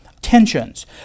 tensions